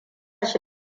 shi